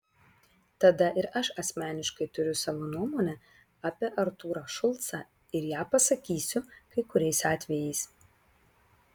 tada ir aš asmeniškai turiu savo nuomonę apie artūrą šulcą ir ją pasakysiu kai kuriais atvejais